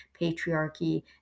patriarchy